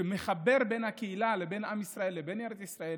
שמחבר בין הקהילה לבין עם ישראל לבין ארץ ישראל.